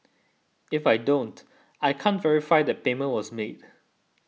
if I don't I can't verify that payment was made